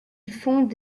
fonde